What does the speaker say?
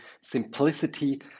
simplicity